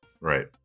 Right